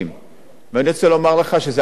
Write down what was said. ואני רוצה לומר לך שזה עבד מצוין.